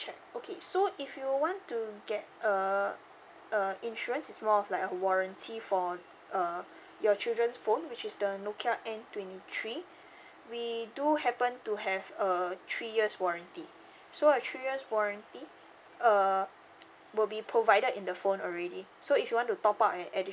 okay so if you want to get uh a insurance is more of like a warranty for uh your children phone which is the nokia N twenty three we do happen to have uh three years warranty so a three years warranty uh will be provided in the phone already so if you want to top up an additional